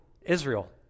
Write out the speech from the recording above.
Israel